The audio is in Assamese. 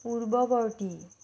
পূৰ্ববৰ্তী